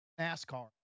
NASCAR